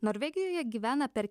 norvegijoje gyvena per